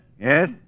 Yes